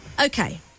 Okay